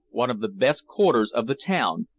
one of the best quarters of the town,